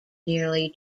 nearly